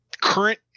current